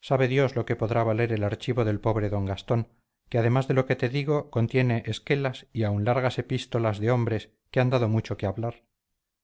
sabe dios lo que podrá valer el archivo del pobre d gastón que además de lo que te digo contiene esquelas y aun largas epístolas de hombres que han dado mucho que hablar